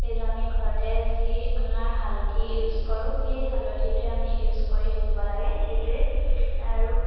সেইটো আমি ঘৰতে যি আমাৰ হালধি ইউজ কৰোঁ সেই হালধিটোৱে আমি ইউজ কৰি থাকিব লাগে সেইটোৱেই আৰু